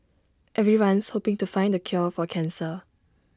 everyone's hoping to find the cure for cancer